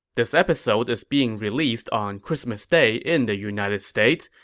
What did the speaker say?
this episode is being released on christmas day in the united states,